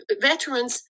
veterans